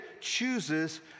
chooses